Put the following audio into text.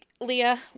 Leah